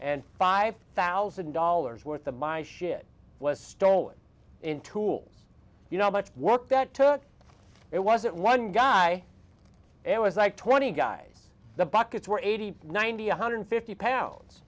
and five thousand dollars worth of my shit was stolen in tools you know much work that took it wasn't one guy it was like twenty guys the buckets were eighty ninety one hundred fifty pounds